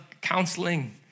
counseling